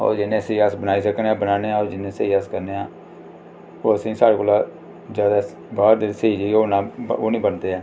होर जिन्ने स्हेई अस बनाई सकने आं बनाने आं होर जिन्ने स्हेई अस करने आं ओह् असेंगी साढ़े कोला ज्यादा बाह्र दे स्हेई जेह्ड़े बनांदे ओह नी बनदे हैन